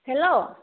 hello